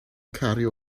cario